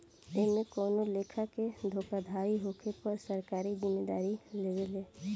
एमे कवनो लेखा के धोखाधड़ी होखे पर सरकार जिम्मेदारी लेवे ले